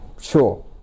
sure